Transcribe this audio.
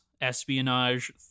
espionage